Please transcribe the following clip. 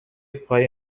پای